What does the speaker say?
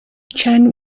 chen